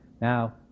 Now